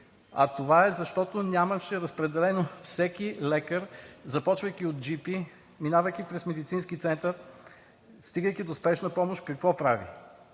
а това е, защото нямаше разпределено всеки лекар, започвайки от джипи, минавайки през медицински център, стигайки до Спешна помощ, какво прави?